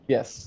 Yes